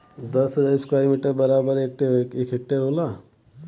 दस हजार square metre बराबर एक हेक्टेयर होला